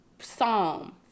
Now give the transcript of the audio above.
Psalm